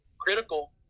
critical